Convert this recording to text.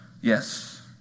yes